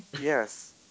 Yes